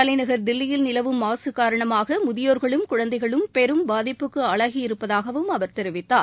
தலைநகர் தில்லியில் நிலவும் மாசு காரணமாக முதியோர்களும் குழந்தைகளும் பெரும் பாதிப்புக்கு ஆளாகியிருப்பதாகவும் அவர் தெரிவித்தார்